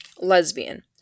Lesbian